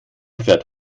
fährt